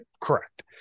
Correct